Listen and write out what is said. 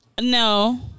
No